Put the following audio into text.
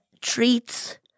treats